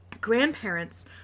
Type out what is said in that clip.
grandparents